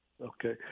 Okay